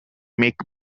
make